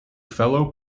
fellow